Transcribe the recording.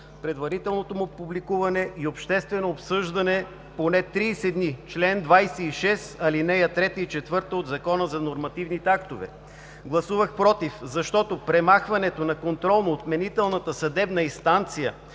предварителното му публикуване и обществено обсъждане поне 30 дни – чл. 26, ал. 3 и 4 от Закона за нормативните актове. Гласувах „против“, защото премахването на контролно-отменителната съдебна инстанция